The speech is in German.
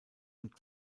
und